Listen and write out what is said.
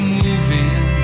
moving